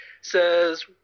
says